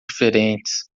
diferentes